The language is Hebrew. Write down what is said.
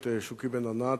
את שוקי בן-ענת,